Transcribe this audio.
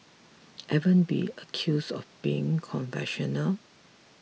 ever been accused of being conventional